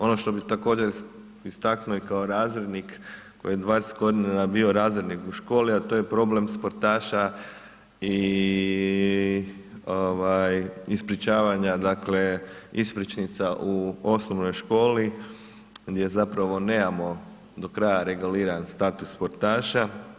Ono što bih također istaknuo i kao razrednik koji je 20 godina bio razrednik u školi a to je problem sportaša i ispričavanja dakle ispričnica u osnovnoj školi gdje zapravo nemamo do kraja reguliran status sportaša.